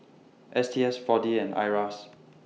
S T S four D and IRAS